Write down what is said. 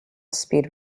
speed